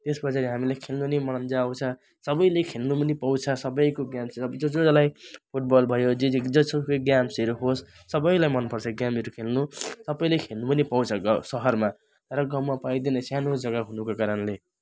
यसमा चाहिँ हामीलाई खेल्नु नि मजा आउँछ सबैले खेल्नु पनि पाउँछ सबैको गेम्स अब जस जसलाई फुटबल भयो जे जे जसो ग्याम्सहरू होस् सबैलाई मनपर्छ गेमहरू खेल्नु सबैले खेल्नु पनि पाउँछ ग सहरमा र गाउँमा पाइँदैन सानो जग्गा हुनुको कारणले